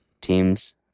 teams